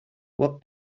what